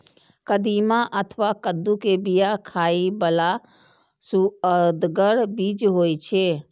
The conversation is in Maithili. कदीमा अथवा कद्दू के बिया खाइ बला सुअदगर बीज होइ छै